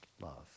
love